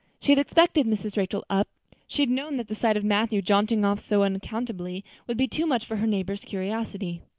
she had expected mrs. rachel up she had known that the sight of matthew jaunting off so unaccountably would be too much for her neighbor's curiosity.